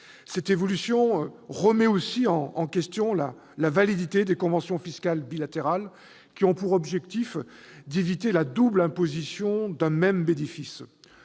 États. Elle remet aussi en question la validité des conventions fiscales bilatérales qui ont pour objectif d'éviter la double imposition d'un même bénéfice.